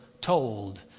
told